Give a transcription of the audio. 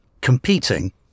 competing